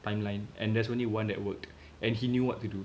timeline and there's only one that worked and he knew what to do